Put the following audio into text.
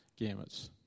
gamuts